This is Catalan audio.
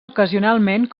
ocasionalment